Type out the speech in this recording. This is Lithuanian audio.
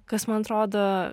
kas man atrodo